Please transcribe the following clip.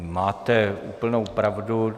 Máte úplnou pravdu.